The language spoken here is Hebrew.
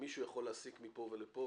ומישהו יכול להסיק מפה ולפה,